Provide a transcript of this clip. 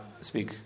speak